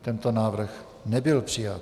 Tento návrh nebyl přijat.